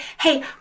hey